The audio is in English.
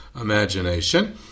imagination